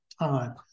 time